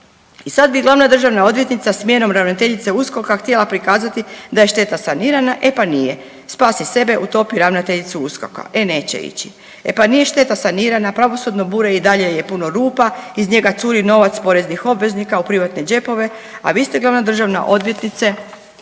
I sad bi glavna državna odvjetnica smjenom ravnateljice USKOK-a htjela prikazati da je šteta sanirana, e pa nije. Spasi sebe, utopi ravnateljicu USKOK-a, e neće ići. E pa nije šteta sanirana, pravosudno bure i dalje je puno rupa, iz njega curi novac poreznih obveznika u privatne džepove, a vi ste glavna državna odvjetnice